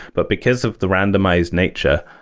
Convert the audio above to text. but because of the randomized nature,